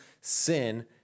sin